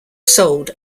sold